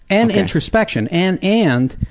and introspection. and and